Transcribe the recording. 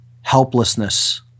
helplessness